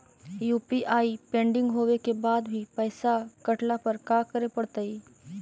UPI pending होवे के बाद भी पैसा कटला पर का करे पड़तई?